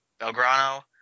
Belgrano